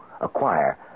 acquire